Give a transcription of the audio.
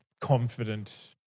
confident